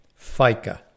FICA